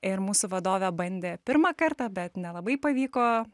ir mūsų vadovė bandė pirmą kartą bet nelabai pavyko